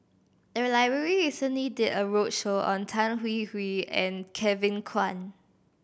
the library recently did a roadshow on Tan Hwee Hwee and Kevin Kwan